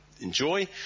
enjoy